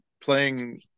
playing